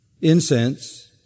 incense